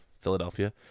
Philadelphia